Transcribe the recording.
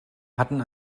hatten